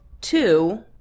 two